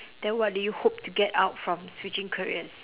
then what do you hope to get out from switching careers